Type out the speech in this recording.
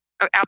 out